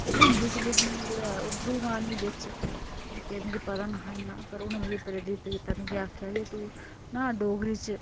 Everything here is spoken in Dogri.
ते हिंदी च लिखनी कुदै उर्दु मारनी बिच्च ते मिगी पता नेहा इन्नां पर उनें मिकी प्रेरित कीता मिकी आखेआ कि तुं ना डोगरी च